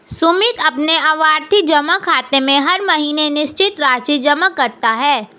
सुमित अपने आवर्ती जमा खाते में हर महीने निश्चित राशि जमा करता है